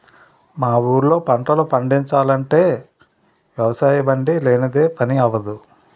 మా ఊళ్ళో పంటలు పండిచాలంటే వ్యవసాయబండి లేనిదే పని అవ్వదు